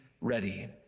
ready